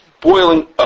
boiling